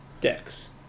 decks